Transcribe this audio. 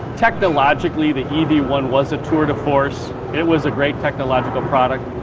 technologically the e v one was a tour de force and it was a great technological product.